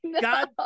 God